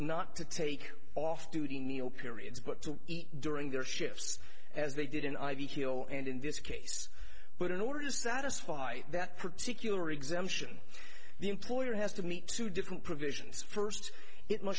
not to take off duty neal periods but to eat during their shifts as they did in ivy hill and in this case but in order to satisfy that particular exemption the employer has to meet two different provisions first it m